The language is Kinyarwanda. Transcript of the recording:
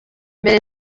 mbere